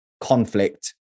conflict